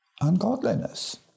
ungodliness